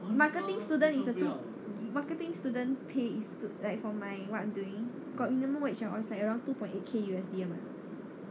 marketing student is a top marketing student pay is to like for my what I'm doing got minimum wage or is like around two point eight K U_S_D a month